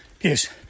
yes